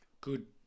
good